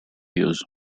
use